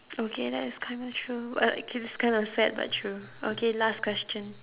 okay that is kind of true but like k~ it's kind of sad but true okay last question